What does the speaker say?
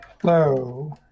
Hello